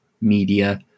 media